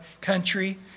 country